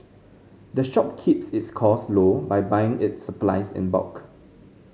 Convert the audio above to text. the shop keeps its cost low by buying its supplies in bulk